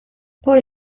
poi